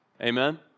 Amen